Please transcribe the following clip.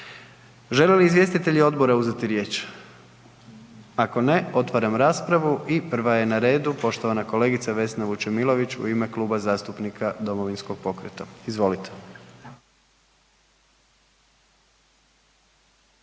Žele li izvjestitelji odbora uzeti riječ? Ako ne, otvaram raspravu i prva je na redu poštovana kolegica Vesna Vučemilović u ime Kluba zastupnika Domovinskog pokreta. Izvolite.